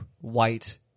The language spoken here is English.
white